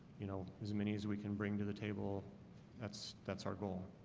you know as many as we can bring to the table that's that's our goal.